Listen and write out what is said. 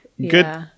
Good